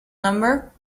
number